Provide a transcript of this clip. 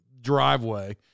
driveway